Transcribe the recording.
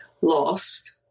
lost